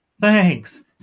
Thanks